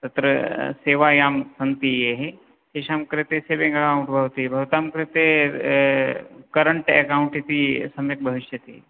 तत्र सेवायां सन्ति येः तेषां कृते सेविङ्ग् अकौण्ट् भवति भवतां कृते करण्ट् अकौण्ट् इति सम्यक् भविष्यति